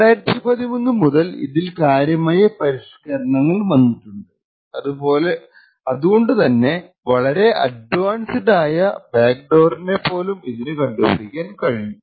2013 മുതൽ ഇതിൽ കാര്യമായ പരിഷ്കാരങ്ങൾ വന്നിട്ടുണ്ട് അതുകൊണ്ടു തന്നെ വളരെ അഡ്വാൻസ്ഡ് ആയ ബാക്ക്ഡോറിനെ പോലും ഇതിനു കണ്ടുപിടിക്കാൻ കഴിയും